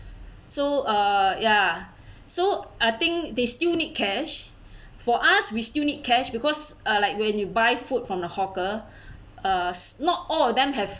so uh ya so I think they still need cash for us we still need cash because uh like when you buy food from the hawker uh s not all of them have